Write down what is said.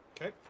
Okay